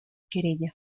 querella